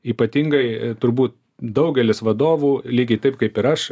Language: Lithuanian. ypatingai turbūt daugelis vadovų lygiai taip kaip ir aš